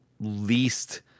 least